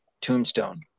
Tombstone